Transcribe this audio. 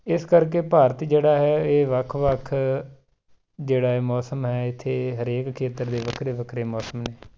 ਇਸ ਕਰਕੇ ਭਾਰਤ ਜਿਹੜਾ ਹੈ ਇਹ ਵੱਖ ਵੱਖ ਜਿਹੜਾ ਇਹ ਮੌਸਮ ਹੈ ਇੱਥੇ ਹਰੇਕ ਖੇਤਰ ਦੇ ਵੱਖਰੇ ਵੱਖਰੇ ਮੌਸਮ ਨੇ